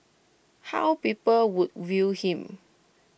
how people would view him